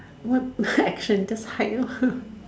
what action just hide you